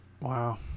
Wow